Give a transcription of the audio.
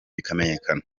bikamenyekana